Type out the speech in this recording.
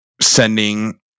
sending